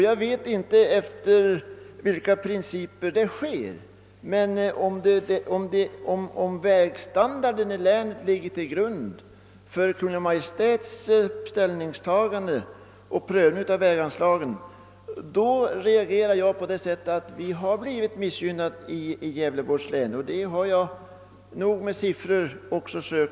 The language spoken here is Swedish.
Jag vet inte efter vilka principer den prövningen sker, men om vägstandarden i länet ligger till grund för Kungl. Maj:ts prövning av väganslagen, så anser jag att vi har blivit missgynnade i Gävleborgs län. Det har jag också försökt att visa med siffror.